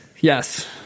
Yes